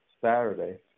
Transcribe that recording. Saturday